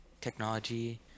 technology